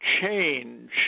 change